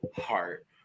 heart